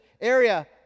area